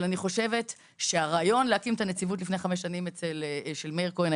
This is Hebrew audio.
אבל אני חושבת שהרעיון להקים את הנציבות לפני חמש שנים של מאיר כהן,